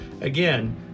Again